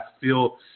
feel